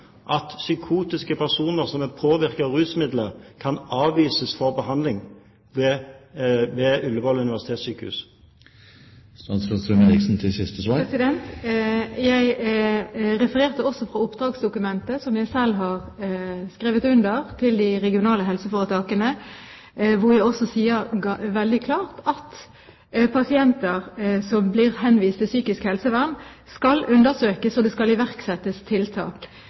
at psykotiske personer som er påvirket av rusmidler, kan avvises for behandling ved Ullevål universitetssykehus? Jeg refererte også fra oppdragsdokumentet, som jeg selv har skrevet under på, til de regionale helseforetakene. Der sier jeg også veldig klart at «pasienter som blir henvist til psykisk helsevern, skal undersøkes, og det skal iverksettes tiltak».